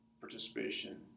participation